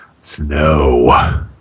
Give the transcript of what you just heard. snow